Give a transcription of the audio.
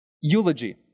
eulogy